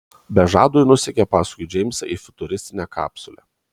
be žado ji nusekė paskui džeimsą į futuristinę kapsulę